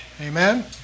Amen